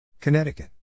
Connecticut